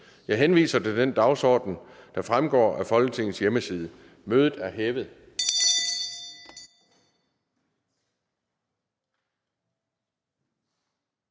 Jeg henviser til den dagsorden, der fremgår af Folketingets hjemmeside. Mødet er hævet.